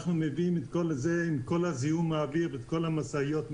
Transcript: אנחנו מביאים את המשאיות האלה,